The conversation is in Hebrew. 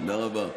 תודה רבה.